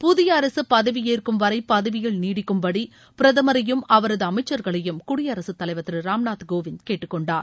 புதிய அரசு பதவியேற்கும் வரை பதவியில் நீடிக்கும்படி பிரதமரையும் அவரது அமைச்சர்களையும் குடியரசுத் தலைவர் திரு ராம்நாத் கோவிந்த் கேட்டுக்கொண்டார்